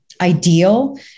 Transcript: ideal